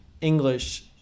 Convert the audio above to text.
English